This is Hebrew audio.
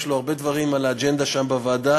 יש לו הרבה דברים על האג'נדה שם בוועדה,